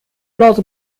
blase